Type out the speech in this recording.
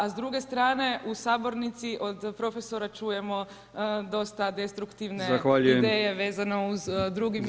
A s druge strane u sabornici od profesora čujemo dosta destruktivne ideje vezano uz drugi mirovinski.